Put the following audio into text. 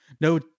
no